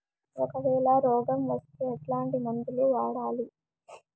ఒకవేల రోగం వస్తే ఎట్లాంటి మందులు వాడాలి?